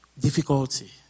difficulty